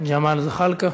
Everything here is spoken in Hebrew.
ג'מאל זחאלקה,